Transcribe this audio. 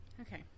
Okay